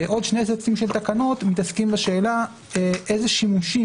עוד שני סטים של תקנות מתעסקים בשאלה איזה שימושים